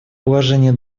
положение